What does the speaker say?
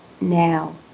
now